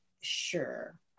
sure